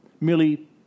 merely